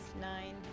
nine